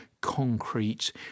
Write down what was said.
concrete